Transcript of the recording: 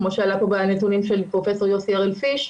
כמו שעלה פה בנתונים של פרופ' יוסי הראל-פיש.